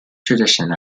tradition